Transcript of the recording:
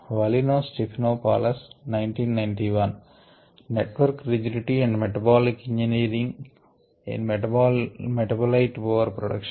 వలీనో Stephanopoulos network rigidity and metabolic engineering in metabolite over production